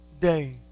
day